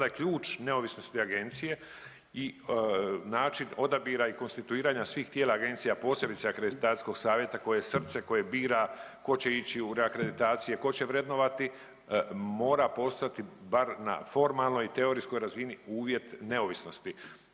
onda ključ neovisnosti agencije i način odabira i konstituiranja svih tijela agencija posebice akreditacijskog savjeta koje je srce, koje bira tko će ići u reakreditacije, tko će vrednovati. Mora postojati bar na formalnoj, teorijskoj razini uvjet neovisnosti